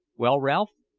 well, ralph,